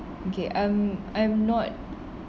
okay um I'm not